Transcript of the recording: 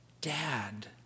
Dad